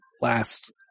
last